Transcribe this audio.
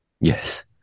Yes